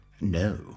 No